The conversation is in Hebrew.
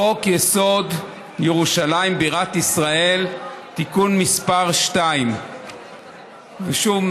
לחוק-יסוד: ירושלים בירת ישראל (תיקון מס' 2). ושוב,